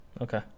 okay